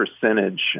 percentage